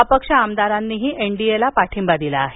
अपक्ष आमदारांनीही N D A ला पाठींबा दिला आहे